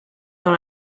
dans